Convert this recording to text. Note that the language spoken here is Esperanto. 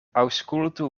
aŭskultu